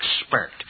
expert